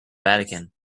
vatican